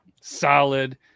Solid